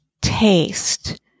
taste